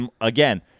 Again